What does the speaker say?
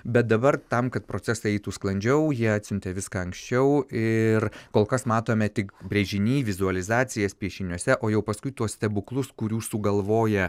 bet dabar tam kad procesai eitų sklandžiau jie atsiuntė viską anksčiau ir kol kas matome tik brėžiny vizualizacijas piešiniuose o jau paskui tuos stebuklus kurių sugalvoja